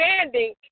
standing